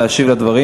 להשיב לדברים.